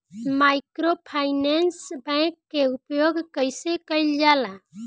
Microfinance bank के उपयोग कइसे कइल जाला?